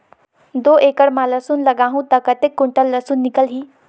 दो एकड़ मां लसुन लगाहूं ता कतेक कुंटल लसुन निकल ही?